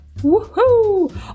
Woohoo